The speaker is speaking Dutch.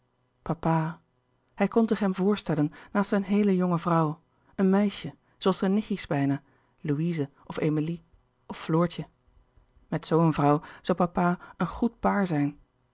hij kon zich hem voorstellen naast een heele jonge vrouw een meisje zooals de nichtjes bijna louise of emilie of floortje louis couperus de boeken der kleine zielen met zoo een vrouw zoû papa een goed paar zijn